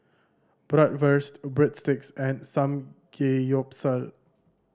Bratwurst Breadsticks and Samgeyopsal